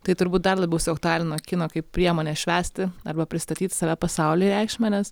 tai turbūt dar labiau suaktualino kino kaip priemonės švęsti arba pristatyt save pasauliui reikšmę nes